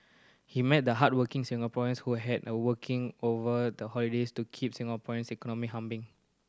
he met the hardworking Singaporeans who had a working over the holidays to keep Singapore's economy humming